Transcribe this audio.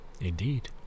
Indeed